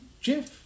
Jeff